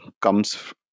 comes